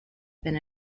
been